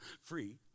free